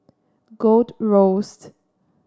Gold Roast